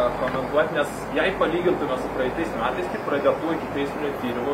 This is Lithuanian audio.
pakomentuot nes jei palygintume su praeitais metais tai pradėtų ikiteisminių tyrimų